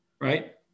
right